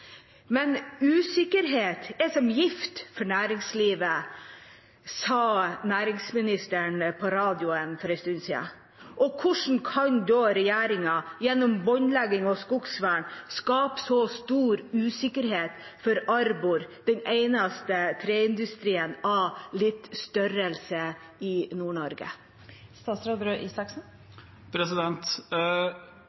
Usikkerhet er som gift for næringslivet, sa næringsministeren på radio for en stund siden. Hvordan kan da regjeringen gjennom båndlegging og skogvern skape så stor usikkerhet for Arbor, den eneste treindustrien av litt størrelse i